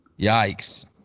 Yikes